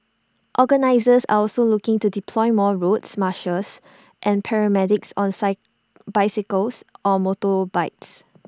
organisers are also looking to deploy more route marshals and paramedics on bicycles or motorbikes